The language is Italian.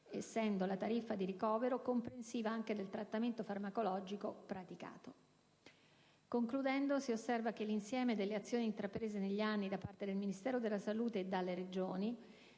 essendo la tariffa di ricovero comprensiva anche del trattamento farmacologico praticato. Concludendo, osservo che l'insieme delle azioni intraprese negli anni da parte del Ministero della Salute e dalle Regioni